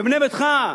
ב"בנה ביתך".